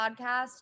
podcast